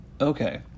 Okay